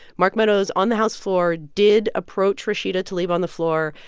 mark meadows, on the house floor, did approach rashida tlaib on the floor.